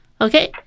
Okay